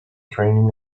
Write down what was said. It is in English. training